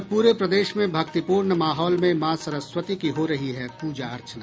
और पूरे प्रदेश मे भक्तिपूर्ण माहौल में माँ सरस्वती की हो रही है पूजा अर्चना